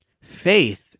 Faith